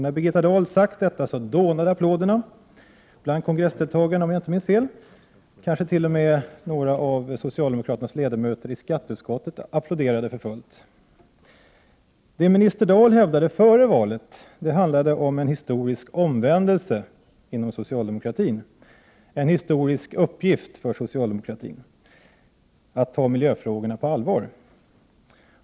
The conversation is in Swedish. När Birgitta Dahl sagt detta dånade applåderna bland kongressdeltagarna, om jag inte minns fel. Kanske t.o.m. några av socialdemokraternas ledamöter i skatteutskottet applåderade för fullt. Det minister Birgitta Dahl hävdade före valet handlade om en historisk omvändelse inom socialdemokratin, en historisk uppgift för socialdemokratin, nämligen att ta miljöfrågorna på allvar.